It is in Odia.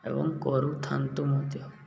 ଏବଂ କରୁଥାନ୍ତୁ ମଧ୍ୟ